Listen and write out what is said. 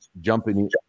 jumping